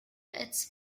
its